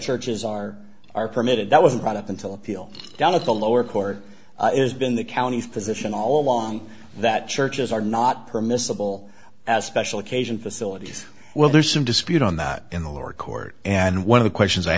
churches are are permitted that wasn't brought up until appeal down at the lower court has been the county physician all along that churches are not permissible as special occasion facilities well there's some dispute on that in the lower court and one of the questions i